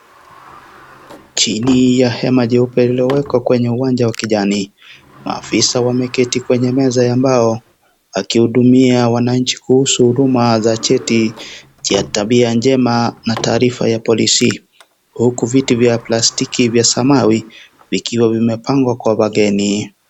Chini ya hema jeupe lilowekwa kwenye uwanja wa kijani maafisa wameketi kwenye meza ya mbao akihudumia wananchi kuhusu huduma za cheti cha tabia njema na taarifa ya polisi , huku viti vya plastiki vya samawi vikiwa vimepangwa kwa wageni.